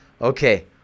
okay